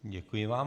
Děkuji vám.